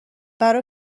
برا